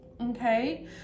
okay